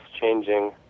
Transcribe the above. changing